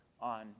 on